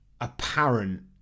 apparent